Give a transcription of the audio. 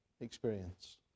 experience